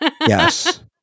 Yes